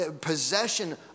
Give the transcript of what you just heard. possession